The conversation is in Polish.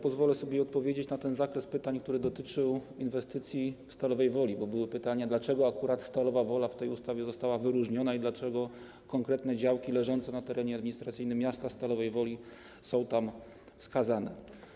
Pozwolę sobie odpowiedzieć na ten zakres pytań, który dotyczył inwestycji w Stalowej Woli, bo były pytania, dlaczego akurat Stalowa Wola w tej ustawie została wyróżniona i dlaczego konkretne działki leżące na terenie administracyjnym miasta Stalowej Woli są tam wskazane.